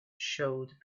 showed